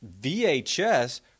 VHS